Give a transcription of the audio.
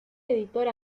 editor